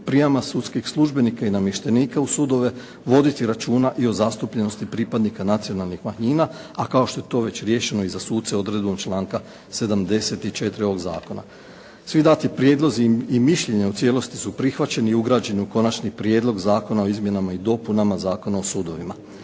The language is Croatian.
prijama sudskih službenika i namještenika u sudove voditi i računa o zastupljenosti pripadnika nacionalnih manjina, a kao što je to već riješeno i za suce odredbom članka 74. ovog zakona. Svi dati prijedlozi i mišljenja u cijelosti su prihvaćeni i ugrađeni u Konačni prijedlog Zakona o izmjenama i dopunama Zakona o sudovima.